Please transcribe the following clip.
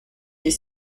est